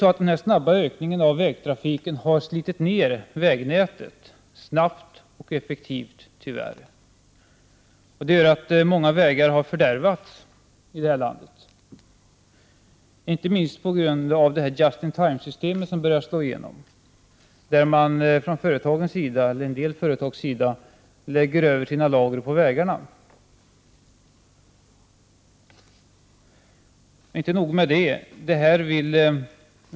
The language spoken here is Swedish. Den snabba ökningen av vägtrafiken har tyvärr slitit ned vägnätet, snabbt och effektivt. Många vägar i vårt land har fördärvats, inte minst på grund av just-in-time-systemet, som börjar slå igenom. En del företag lägger över sina lager på vägarna. Och inte nog med det.